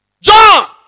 John